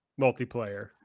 multiplayer